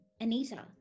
Anita